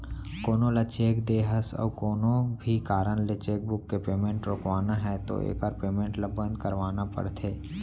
कोनो ल चेक दे हस अउ कोनो भी कारन ले चेकबूक के पेमेंट रोकवाना है तो एकर पेमेंट ल बंद करवाना परथे